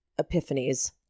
Epiphanies